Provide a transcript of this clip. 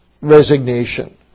Resignation